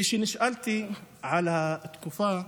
וכשנשאלתי על התקופה,